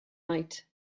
night